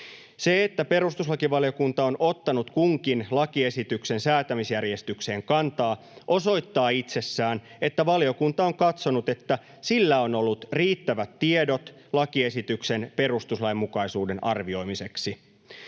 Se, että perustuslakivaliokunta on ottanut kunkin lakiesityksen säätämisjärjestykseen kantaa, osoittaa itsessään, että valiokunta on katsonut, että sillä on ollut riittävät tiedot lakiesityksen perustuslainmukaisuuden arvioimiseksi.